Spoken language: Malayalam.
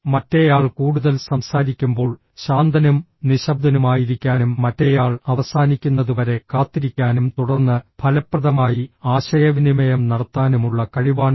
മറ്റേയാൾ കൂടുതൽ സംസാരിക്കുമ്പോൾ ശാന്തനും നിശബ്ദനുമായിരിക്കാനും മറ്റേയാൾ അവസാനിക്കുന്നതുവരെ കാത്തിരിക്കാനും തുടർന്ന് ഫലപ്രദമായി ആശയവിനിമയം നടത്താനുമുള്ള കഴിവാണിത്